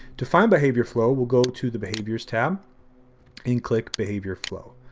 to find behavior flow, we'll go to the behaviors tab and click behavior flow.